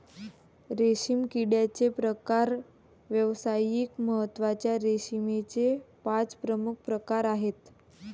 रेशीम किड्याचे प्रकार व्यावसायिक महत्त्वाच्या रेशीमचे पाच प्रमुख प्रकार आहेत